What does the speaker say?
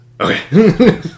Okay